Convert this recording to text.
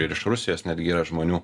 ir iš rusijos netgi yra žmonių